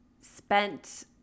spent